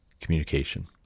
communication